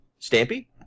Stampy